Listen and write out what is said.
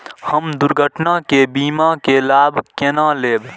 हम दुर्घटना के बीमा के लाभ केना लैब?